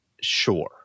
sure